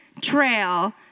trail